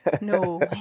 no